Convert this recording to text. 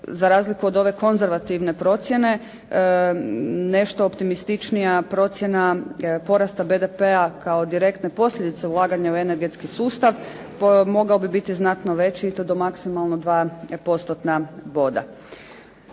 za razliku od ove konzervativne procjene nešto optimističnija procjena porasta BDP-a kao direktne posljedice ulaganja u energetski sustav mogao bi biti znatno veći i to do maksimalno 2